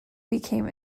became